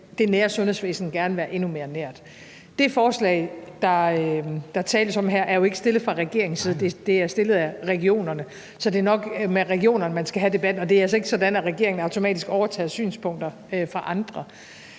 det nu er, gerne skal være endnu mere nært. Det forslag, der tales om her, er jo ikke stillet fra regeringens side; det er stillet af regionerne. Så det er nok med regionerne, man skal have debatten. Og det er altså ikke sådan, at regeringen automatisk overtager synspunkter fra andre.